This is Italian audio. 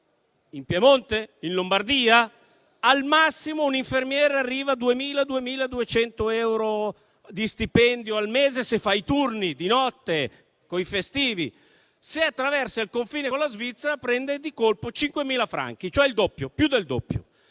in Piemonte, in Lombardia, al massimo un infermiere arriva a 2.000, 2.200 euro di stipendio al mese se fa i turni di notte o i festivi; se attraversa il confine con la Svizzera, prende di colpo 5.000 franchi, cioè più del doppio.